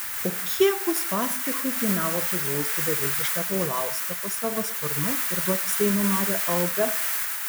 o kiek uspaskichui kainavo priglausti beviltišką paulauską po savo sparnu ir duoti seimo nario algą